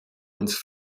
uns